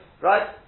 right